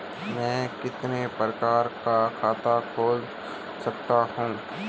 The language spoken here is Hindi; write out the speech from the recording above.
मैं कितने प्रकार का खाता खोल सकता हूँ?